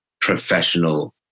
professional